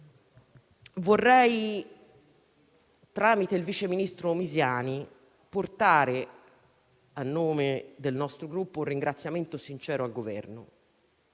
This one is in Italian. Tramite il vice ministro Misiani, vorrei portare a nome del nostro Gruppo un ringraziamento sincero al Governo,